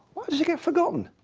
does he get forgotten?